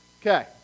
okay